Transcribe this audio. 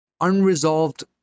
unresolved